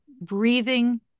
breathing